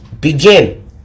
begin